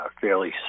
fairly